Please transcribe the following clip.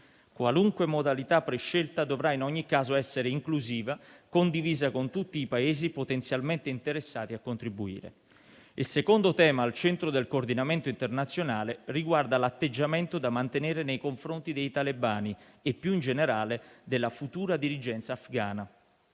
Qualunque modalità prescelta dovrà in ogni caso essere inclusiva, condivisa con tutti i Paesi potenzialmente interessati a contribuire. Il secondo tema al centro del coordinamento internazionale riguarda l'atteggiamento da mantenere nei confronti dei talebani e più in generale della futura dirigenza afghana.